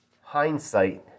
hindsight